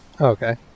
Okay